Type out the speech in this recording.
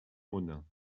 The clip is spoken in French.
monin